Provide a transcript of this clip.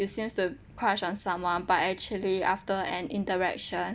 you seems to crush on someone but actually after an interaction